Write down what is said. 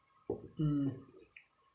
mm